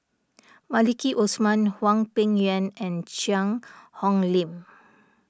Maliki Osman Hwang Peng Yuan and Cheang Hong Lim